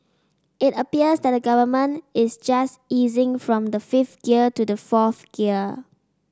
it appears that the Government is just easing from the fifth gear to the fourth gear